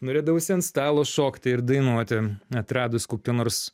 norėdavosi ant stalo šokti ir dainuoti atradus kokį nors